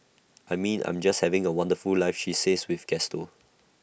I mean I'm just having A wonderful life she says with gusto